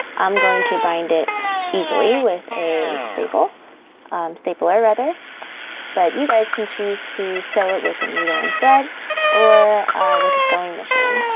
i'm going to bind it easily with a stapler um stapler but you guys can choose to sew it with a needle and thread or with a sewing machine.